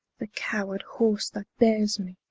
the coward horse that beares me,